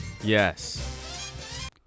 Yes